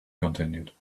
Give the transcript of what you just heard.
continued